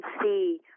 see